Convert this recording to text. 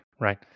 right